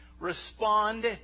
Respond